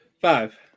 five